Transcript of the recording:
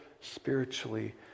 spiritually